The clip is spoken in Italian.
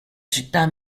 città